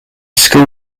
school